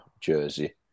jersey